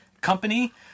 company